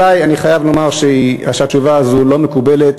עלי, אני חייב לומר, התשובה הזו לא מקובלת.